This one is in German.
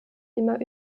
immer